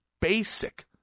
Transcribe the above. basic